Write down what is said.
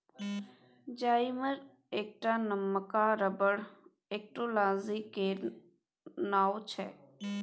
जाइमर एकटा नबका रबर टेक्नोलॉजी केर नाओ छै